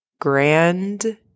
grand